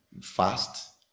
fast